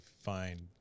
find